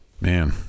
man